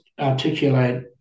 articulate